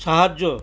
সাহায্য